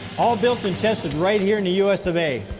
all built and tested right here in the us of a.